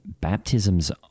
baptisms